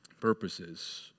purposes